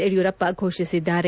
ಯಡಿಯೂರಪ್ಪ ಘೋಷಿಸಿದ್ದಾರೆ